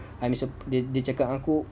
dia cakap dengan aku